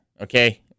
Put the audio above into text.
Okay